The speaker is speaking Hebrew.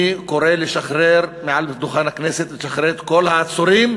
אני קורא מעל דוכן הכנסת לשחרר את כל העצורים.